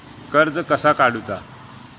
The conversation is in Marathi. कर्ज कसा काडूचा?